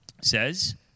says